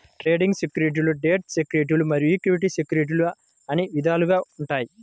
trading సెక్యూరిటీలు debt సెక్యూరిటీలు మరియు ఈక్విటీ సెక్యూరిటీలు అని విధాలుగా ఉంటాయి